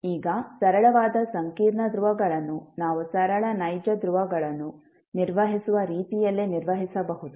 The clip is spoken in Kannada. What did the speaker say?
ಈಗ ಸರಳವಾದ ಸಂಕೀರ್ಣ ಧ್ರುವಗಳನ್ನು ನಾವು ಸರಳ ನೈಜ ಧ್ರುವಗಳನ್ನು ನಿರ್ವಹಿಸುವ ರೀತಿಯಲ್ಲಿಯೇ ನಿರ್ವಹಿಸಬಹುದು